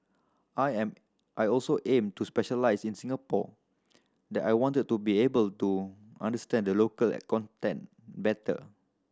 I am I also aim to specialise in Singapore that I wanted to be able to understand the local better